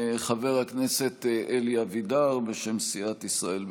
חבר הכנסת אלי אבידר, בשם סיעת ישראל ביתנו,